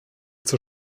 zur